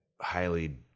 highly